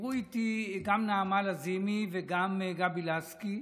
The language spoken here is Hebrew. דיברו איתי גם נעמה לזימי וגם גבי לסקי,